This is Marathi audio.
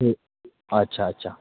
हो अच्छा अच्छा